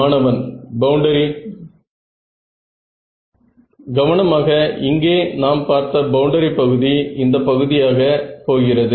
மாணவன் பவுண்டரி கவனமாக இங்கே நாம் பார்த்த பவுண்டரி பகுதி இந்த பகுதியாக போகிறது